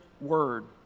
word